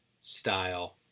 style